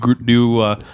new